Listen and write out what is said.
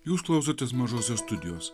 jūs klausotės mažosios studijos